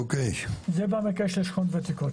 זה במקרה של שכונות ותיקות.